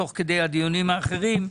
תוך כדי הדיונים האחרים,